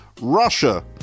Russia